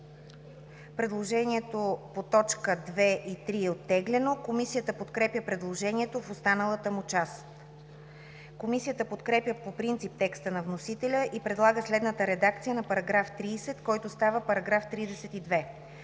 Предложението по т. 2 и 3 е оттеглено. Комисията подкрепя предложението в останалата му част. Комисията подкрепя по принцип текста на вносителя и предлага следната редакция на § 30, който става § 32: „§ 32.